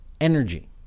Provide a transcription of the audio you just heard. energy